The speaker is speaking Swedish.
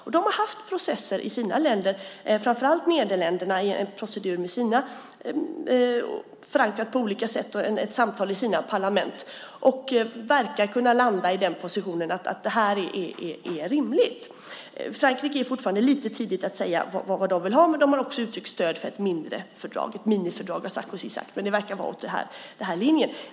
De - framför allt Nederländerna - har haft processer i sina länder och förankrat detta på olika sätt och haft samtal i sina parlament. Man verkar kunna landa i positionen att detta är rimligt. Det är fortfarande lite tidigt att säga vad Frankrike vill ha. De har också uttryckt sitt stöd för ett mindre fördrag - ett minifördrag, har Sarkozy sagt. Det verkar vara i den här linjen.